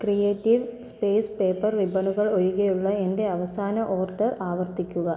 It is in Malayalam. ക്രിയേറ്റീവ് സ്പേസ് പേപ്പർ റിബണുകൾ ഒഴികെയുള്ള എന്റെ അവസാന ഓർഡർ ആവർത്തിക്കുക